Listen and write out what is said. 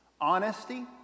honesty